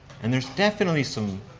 and there's definitely some